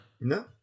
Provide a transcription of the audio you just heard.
No